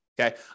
Okay